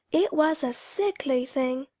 it was a sickly thing.